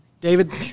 David